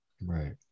Right